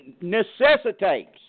necessitates